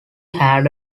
had